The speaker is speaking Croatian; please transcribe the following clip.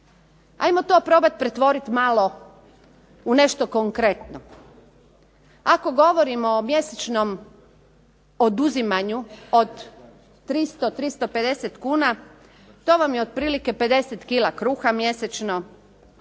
Hajmo to probat pretvorit malo u nešto konkretno. Ako govorimo o mjesečnom oduzimanju od 300, 350 kuna to vam je otprilike 50 kg kruha mjesečno